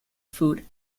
food